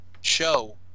show